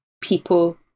people